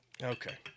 Okay